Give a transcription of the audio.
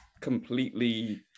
completely